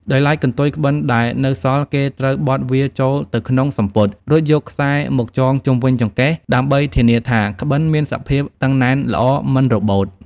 ដោយឡែកកន្ទុយក្បិនដែលនៅសល់គេត្រូវបត់វាចូលទៅក្នុងសំពត់ រួចយកខ្សែរមកចងជុំវិញចង្កេះដើម្បីធានាថាក្បិនមានសភាពតឹងណែនល្អមិនរបូត។